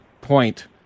point